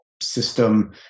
system